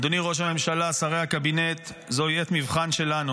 אדוני ראש הממשלה, שרי הקבינט, זוהי עת מבחן שלנו.